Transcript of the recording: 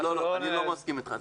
אני לא מסכים אתך.